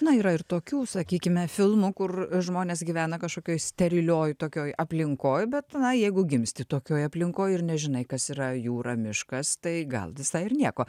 na yra ir tokių sakykime filmų kur žmonės gyvena kažkokioj sterilioj tokioj aplinkoj bet na jeigu gimsti tokioj aplinkoj ir nežinai kas yra jūra miškas tai gal visai ir nieko